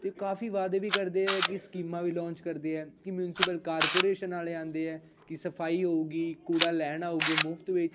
ਅਤੇ ਕਾਫ਼ੀ ਵਾਅਦੇ ਵੀ ਕਰਦੇ ਆ ਕਿ ਸਕੀਮਾਂ ਵੀ ਲਾਂਚ ਕਰਦੇ ਆ ਕਿ ਮਿਊਂਸੀਪਲ ਕਾਰਪੋਰੇਸ਼ਨ ਵਾਲੇ ਆਉਂਦੇ ਆ ਕਿ ਸਫਾਈ ਹੋਊਗੀ ਕੂੜਾ ਲੈਣ ਆਉਗੇ ਮੁਫ਼ਤ ਵਿੱਚ